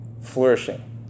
Flourishing